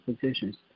positions